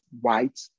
white